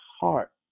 heart